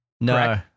No